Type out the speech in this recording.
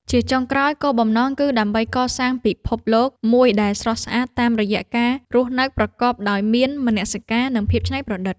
ជាចុងក្រោយ គោលបំណងគឺដើម្បីកសាងពិភពលោកមួយដែលស្រស់ស្អាតតាមរយៈការរស់នៅប្រកបដោយមនសិការ និងភាពច្នៃប្រឌិត។